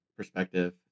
Perspective